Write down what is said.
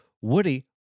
Woody